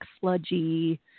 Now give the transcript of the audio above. sludgy